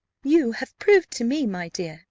you have proved to me, my dear,